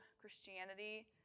Christianity